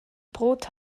brot